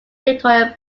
victoria